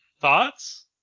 Thoughts